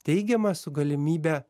teigiamą su galimybe